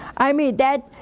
i mean, that,